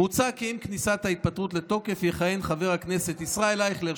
מוצע כי עם כניסת ההתפטרות לתוקף יכהן חבר הכנסת ישראל אייכלר,